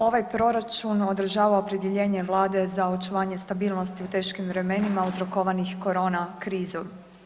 Ovaj proračun održava opredjeljenje vlade za očuvanje stabilnosti u teškim vremenima uzrokovanih korona krizom.